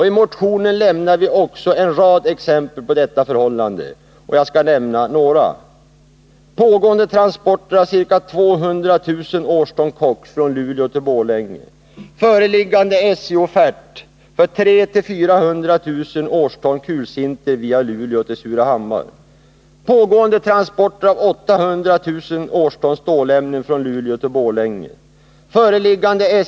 I motionen lämnar vi en rad exempel på detta förhållande, och jag skall nämna några: Detta var några exempel. Jag skulle kunna fortsätta uppräkningen.